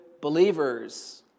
believers